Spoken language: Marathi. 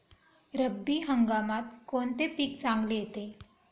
रब्बी हंगामात कोणते पीक चांगले येते?